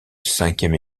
cinquième